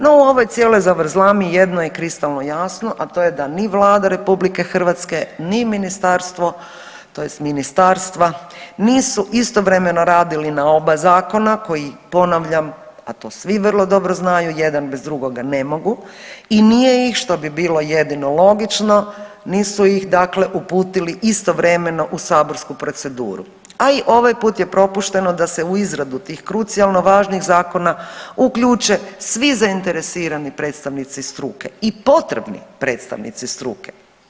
No u ovoj cijeloj zavrzlami jedno je kristalno jasno, a to je da ni Vlada Republike Hrvatske, ni ministarstvo, tj. ministarstva nisu istovremeno radili na oba zakona koji ponavljam, a to svi vrlo dobro znaju jedan bez drugoga ne mogu i nije ih što bi bilo jedino logično, nisu ih, dakle uputili istovremeno u saborsku proceduru, a i ovaj put je propušteno da se u izradu tih krucijalno važnih zakona uključe svi zainteresirani predstavnici struke i potrebni predstavnici struke.